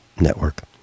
Network